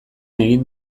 egin